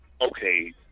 okay